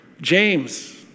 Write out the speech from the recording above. James